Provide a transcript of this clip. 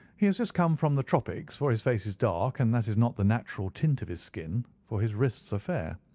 he has just come from the tropics, for his face is dark, and that is not the natural tint of his skin, for his wrists are fair.